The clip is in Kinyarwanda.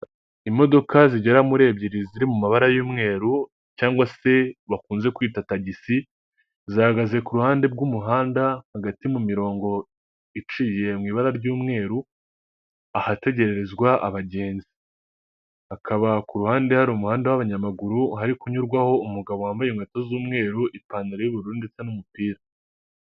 Imodoka zigera muri ebyiri ziri mu mabara y'umweru, cyangwa se bakunze kwita tagisi, zihagaze ku ruhande rw'umuhanda, hagati mu mirongo iciye mu ibara ry'umweru, ahategererezwa abagenzi, akaba ku ruhande hari umuhanda w'abanyamaguru hari kunyurwaho umugabo wambaye inkweto z'umweru ipantaro yubururu ndetse n'umupira.